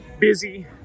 Busy